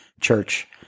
Church